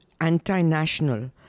anti-national